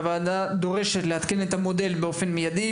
הוועדה דורשת לעדכן את המודל באופן מיידי,